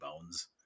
bones